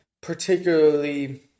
particularly